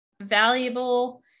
valuable